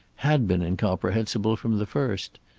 had been incomprehensible from the first.